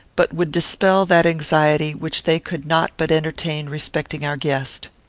but would dispel that anxiety which they could not but entertain respecting our guest.